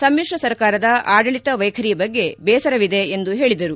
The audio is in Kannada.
ಸಮಿತ್ರ ಸರ್ಕಾರದ ಆಡಳಿತ ವೈಖರಿ ಬಗ್ಗೆ ಬೇಸರವಿದೆ ಎಂದು ಹೇಳಿದರು